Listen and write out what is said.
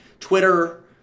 Twitter